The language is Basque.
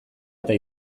eta